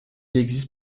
existe